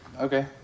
Okay